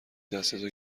دستتو